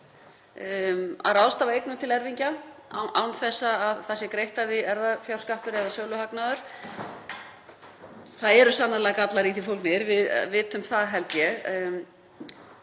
að ráðstafa eignum til erfingja án þess að það sé greiddur af því erfðafjárskattur eða söluhagnaður. Það eru sannarlega gallar í því fólgnir, við vitum það, held